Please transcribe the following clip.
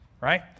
right